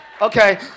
Okay